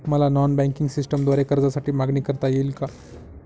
मला non banking सिस्टमद्वारे कर्जासाठी मागणी करता येईल का?